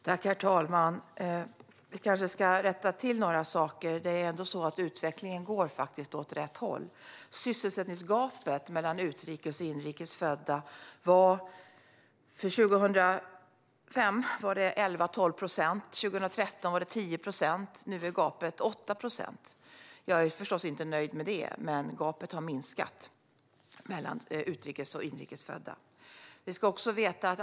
Herr talman! Vi kanske ska rätta till några saker. Det är ändå så att utvecklingen går åt rätt håll. Sysselsättningsgapet mellan utrikes och inrikes födda var 2005 11-12 procent, 2013 var det 10 procent och nu är gapet 8 procent. Jag är förstås inte nöjd med det. Men gapet mellan utrikes och inrikes födda har minskat.